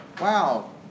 Wow